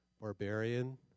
barbarian